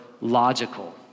logical